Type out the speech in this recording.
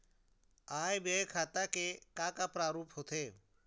आय व्यय खाता के का का प्रारूप होथे?